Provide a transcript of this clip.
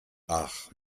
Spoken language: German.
ach